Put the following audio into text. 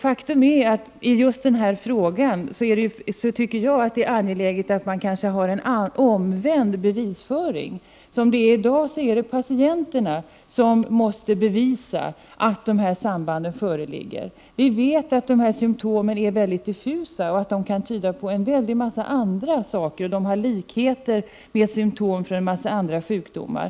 Faktum är att det just i denna fråga är angeläget att ha en omvänd bevisföring. Som läget är i dag är det patienterna som måste bevisa att sambanden föreligger. Vi vet att symtomen är diffusa och att de kan tyda på en väldig massa andra saker. De kan ha likheter med symtom på en mängd andra sjukdomar.